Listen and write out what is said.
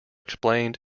explained